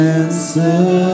answer